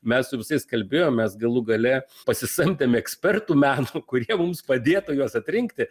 mes su visais kalbėjom mes galų gale pasisamdėm ekspertų meno kurie mums padėtų juos atrinkti